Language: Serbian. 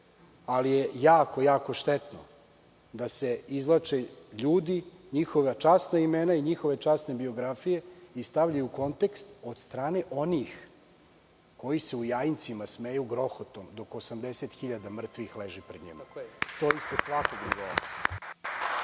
ali je jako štetno da se izvlače ljudi, njihova časna imena i njihove časne biografije i stavljaju u kontekst od strane onih koji se u Jajincima smeju grohotom dok 80.000 mrtvih leži pred njima. To je ispod svakog nivoa.